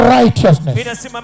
righteousness